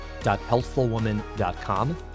healthfulwoman.com